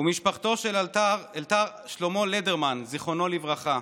משפחתו של אלתר שלמה לדרמן, זיכרונו לברכה.